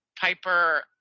Piper